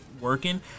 working